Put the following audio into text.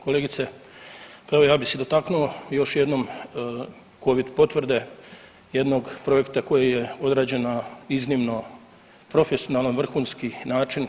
Kolegice pa evo ja bih se dotaknuo još jednom covid potvrde jednog projekta koji je odrađen na iznimno profesionalan, vrhunski način.